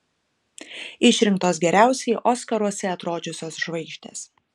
išrinktos geriausiai oskaruose atrodžiusios žvaigždės